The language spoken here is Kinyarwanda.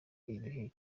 igihe